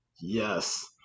Yes